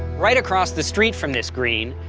right across the street from this green,